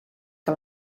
que